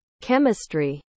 chemistry